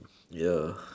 ya